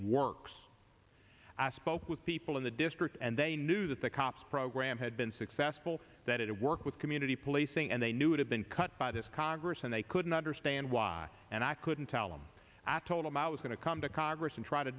works i spoke with people in the district and they knew that the cops program had been successful that it worked with community policing and they knew it had been cut by this congress and they couldn't understand why and i couldn't tell them i told them i was going to come to congress and try to